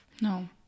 No